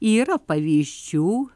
yra pavyzdžių